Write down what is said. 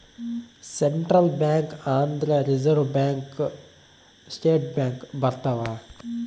central bank ಅಂದ್ರ reserve bank state bank ಬರ್ತವ